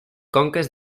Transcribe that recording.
conques